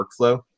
workflow